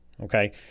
okay